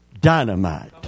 dynamite